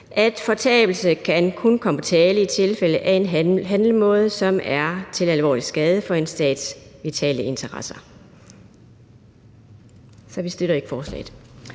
at fortabelse kun kan komme på tale i tilfælde af en handlemåde, som er til alvorlig skade for en stats vitale interesser. Så vi støtter ikke forslaget.